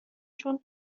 چون